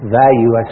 value